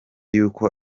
y’uko